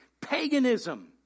paganism